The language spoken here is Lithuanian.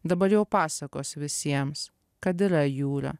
dabar jau pasakos visiems kad yra jūra